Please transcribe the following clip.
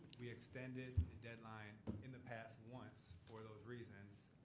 we extended the deadline in the past once, for those reasons.